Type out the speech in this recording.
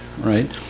right